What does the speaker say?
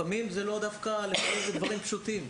לפעמים אלה דברים פשוטים,